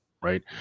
Right